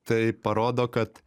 tai parodo kad